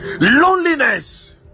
loneliness